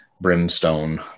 brimstone